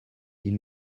ils